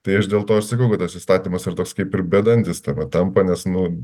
tai aš dėl to ir sakau kad tas įstatymas yra toks kaip ir bedantis tame tampa nes nu